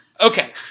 Okay